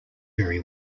very